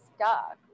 stuck